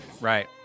right